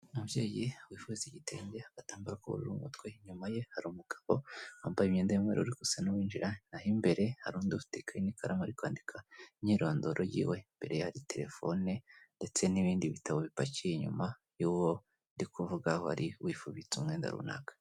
Umubyeyi wifubitse igitenge, agatambara k'ubururu mu mutwe, inyuma ye hari umugabo wambaye imyenda y'umweruru, arigusa n'uwinjira naho imbere ye hari undi ufite n'ikaramu ari kwandika imyirondoro yiiwe, imbere ya telefone ndetse n'ibindi bitabo bipakiye inyuma y'uwo ndikuvuga wari wifubitse umwenda runaka